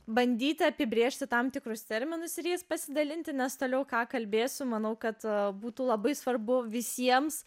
bandyti apibrėžti tam tikrus terminus ir jais pasidalinti nes toliau ką kalbėsiu manau kad būtų labai svarbu visiems